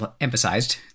emphasized